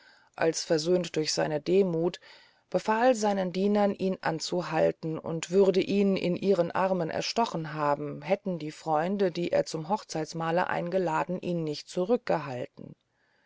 als versöhnt durch seine demuth befahl seinen dienern ihn anzuhalten und würde ihn in ihren armen erstochen haben hätten die freunde die er zum hochzeitmale eingeladen ihn nicht zurückgehalten